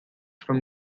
from